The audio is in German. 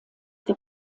der